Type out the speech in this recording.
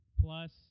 plus